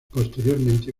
posteriormente